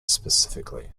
specifically